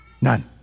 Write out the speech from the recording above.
None